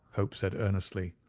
hope said, earnestly.